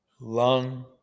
lung